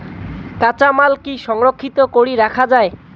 কাঁচামাল কি সংরক্ষিত করি রাখা যায়?